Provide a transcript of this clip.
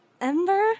Ember